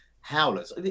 howlers